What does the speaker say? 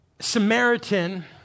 Samaritan